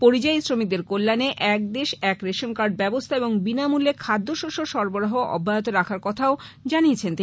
পরিযায়ী শ্রমিকদের কল্যাণে এক দেশ এক রেশনকার্ড ব্যবস্থা এবং বিনামূল্যে খাদ্য শস্য সরবরাহ অব্যাহত রাখার কথাও জানান তিনি